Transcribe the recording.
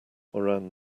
around